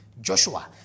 Joshua